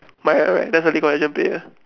right right that's a league of legend player